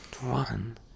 one